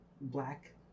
black